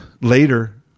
later